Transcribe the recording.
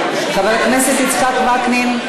חבר הכנסת יצחק וקנין.